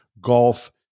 golf